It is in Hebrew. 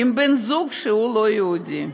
עם בן זוג שהוא לא יהודי,